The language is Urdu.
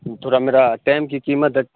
تھورا میرا ٹائم کی قیمت ہے